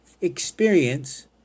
experience